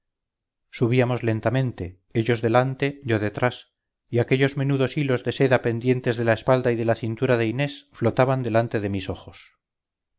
subíamos lentamente ellos delante yo detrás y aquellos menudos hilos de seda pendientes de la espalda y de la cintura de inés flotaban delante de mis ojos